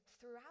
throughout